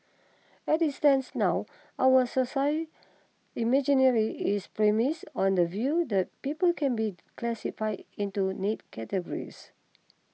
it is stands now our social imaginary is premised on the view that people can be classified into neat categories